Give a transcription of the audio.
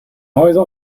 häuser